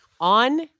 On